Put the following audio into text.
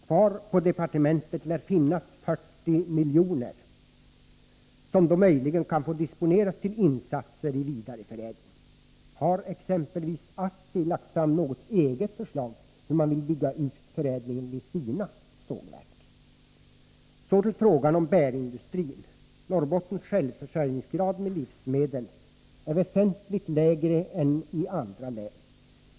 Kvar på departementet lär finnas 40 miljoner, som då möjligen kan få disponeras till insatser i vidareförädling. Har exempelvis ASSI lagt fram något eget förslag om hur man vill bygga ut förädlingen vid sina sågverk? Så till frågan om bärindustrin. Norrbottens självförsörjningsgrad i fråga om livsmedel är väsentligt lägre än inom andra län.